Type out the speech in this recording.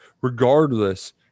regardless